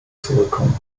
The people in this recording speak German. zurückkommen